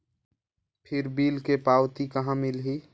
फिर बिल के पावती कहा मिलही?